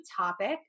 topic